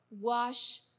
wash